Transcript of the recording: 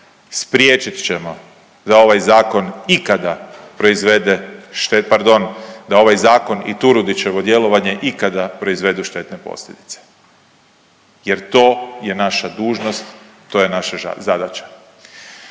pardon, da ovaj zakon i Turudićevo djelovanje ikada proizvede štetne posljedice jer to je naša dužnost, to je naša zadaća.